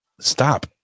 Stop